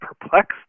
perplexed